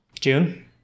June